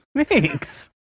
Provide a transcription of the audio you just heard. Thanks